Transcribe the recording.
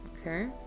Okay